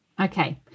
okay